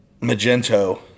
magento